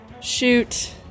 shoot